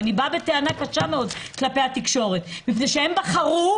אני באה בטענה קשה מאוד כלפי התקשורת מפני שהם בחרו